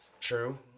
True